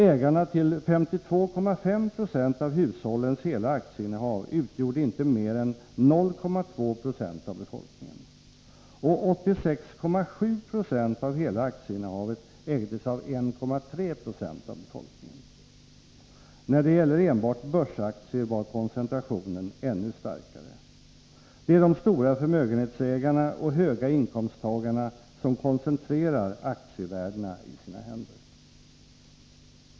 Ägarna till 52,5 Jo av hushållens hela aktieinnehav utgjorde inte mer än 0,2 26 av befolkningen, och 86,7 20 av hela aktieinnehavet ägdes av 1,3 90 av befolkningen. När det gäller enbart börsaktier var koncentrationen ännu starkare. Det är de stora förmögenhetsägarna och höga inkomsttagarna som koncentrerar aktievärdena i sina händer.